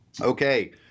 Okay